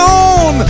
on